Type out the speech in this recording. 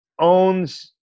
owns